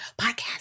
podcast